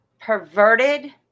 perverted